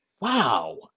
Wow